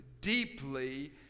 deeply